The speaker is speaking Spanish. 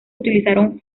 utilizaron